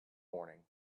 morning